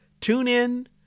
TuneIn